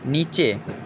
নীচে